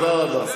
תודה רבה.